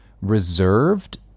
reserved